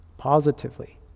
Positively